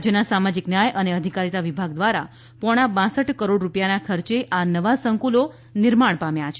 રાજ્યના સામાજિક ન્યાય અને અધિકારીતા વિભાગ દ્વારા પોણા બાસઠ કરોડ રૂપિયાના ખર્ચે આ નવા સંકુલો નિર્માણ પામ્યા છે